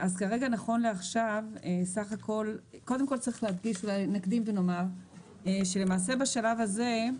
נכון לעכשיו, נקדים ונאמר, שלמעשה בשלב הזה,